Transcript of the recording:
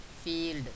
field